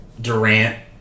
Durant